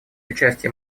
участие